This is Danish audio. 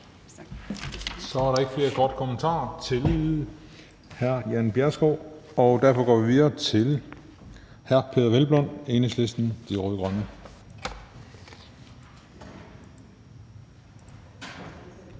Så er der ikke flere korte bemærkninger til hr. Jan Bjergskov Larsen. Derfor går vi videre til hr. Peder Hvelplund fra Enhedslisten – De Rød-Grønne.